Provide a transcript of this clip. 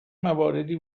مواردی